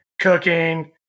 cooking